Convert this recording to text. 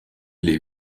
les